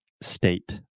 state